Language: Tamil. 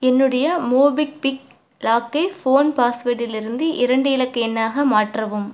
என்னுடைய மோபிக்பிக் லாக்கை ஃபோன் பாஸ்வேர்டில் இருந்து இரண்டு இலக்கு எண்ணாக மாற்றவும்